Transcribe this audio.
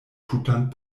tutan